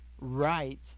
right